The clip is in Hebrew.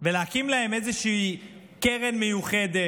ולהקים להם איזושהי קרן מיוחדת,